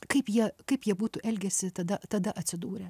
kaip jie kaip jie būtų elgęsi tada tada atsidūrę